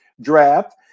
draft